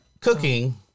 cooking